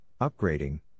upgrading